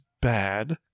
bad